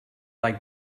like